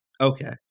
Okay